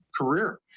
career